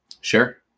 Sure